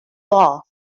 law